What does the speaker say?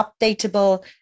updatable